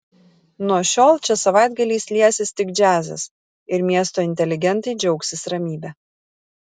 nuo šiol čia savaitgaliais liesis tik džiazas ir miesto inteligentai džiaugsis ramybe